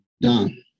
done